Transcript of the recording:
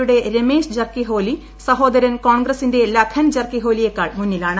യുടെ രമേഷ് ജർകിഹോലി സഹോദരൻ കോൺഗ്രസിന്റെ ലഖൻ ജർകിഹോലിയെക്കാൾ മുന്നിലാണ്